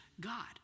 God